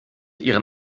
ihren